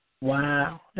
Wow